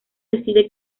decide